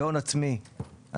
בהון עצמי,